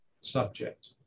subject